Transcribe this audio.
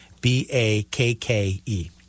B-A-K-K-E